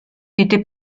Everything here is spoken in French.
était